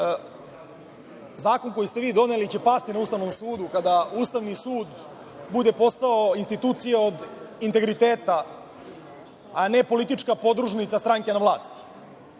zakon koji ste vi doneli će pasti na Ustavnom sudu kada Ustavni sud bude postao institucija od integriteta, a ne politička podružnica stranke na vlasti. Kada